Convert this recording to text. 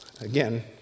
Again